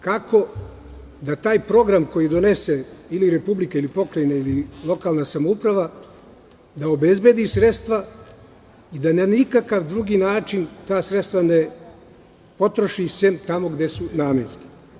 Kako da taj program koji donese republika ili pokrajine, ili lokalna samouprava, da obezbedi sredstva i da na nikakav drugi način ta sredstva ne potroši sem tamo gde su namenska?